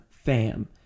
Fam